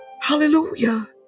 hallelujah